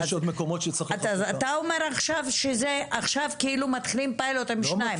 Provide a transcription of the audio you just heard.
אתה אומר עכשיו שכאילו עכשיו מתחילים פיילוט בשתי ערים.